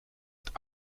het